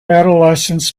adolescents